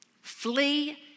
Flee